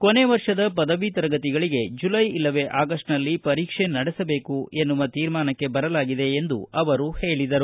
ಕೊನೆ ವರ್ಷದ ಪದವಿ ತರಗತಿಗಳಿಗೆ ಜುಲೈ ಇಲ್ಲವೇ ಆಗಸ್ಟ್ನಲ್ಲಿ ಪರೀಕ್ಷೆ ನಡೆಸಬೇಕು ಎನ್ನುವ ತೀರ್ಮಾನಕ್ಕೆ ಬರಲಾಗಿದೆ ಎಂದು ಅವರು ಹೇಳಿದರು